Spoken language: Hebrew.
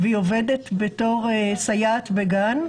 עובדת כסייעת בגן.